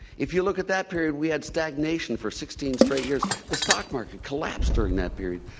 if you look at that period, we had stagnation for sixteen straight years. the stock market collapsed during that period.